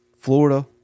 Florida